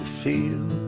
feel